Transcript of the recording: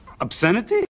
Obscenity